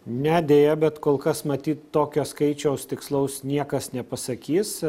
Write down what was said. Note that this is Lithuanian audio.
ne deja bet kol kas matyt tokio skaičiaus tikslaus niekas nepasakys